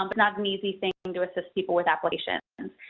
um but not an easy thing to assist people with applications. and